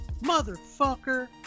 Motherfucker